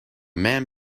man